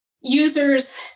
Users